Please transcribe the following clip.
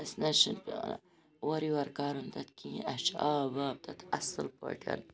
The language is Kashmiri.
أسۍ نہ حظ چھِ اورٕ یورٕ کَرُن تَتھ کِہیٖنۍ اَسہِ چھُ آب واب تَتھ اَصل پٲٹھۍ